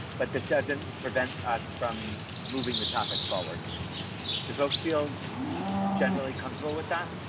but this doesn't prevent us from moving the topic forward devote field generally comfortable with that.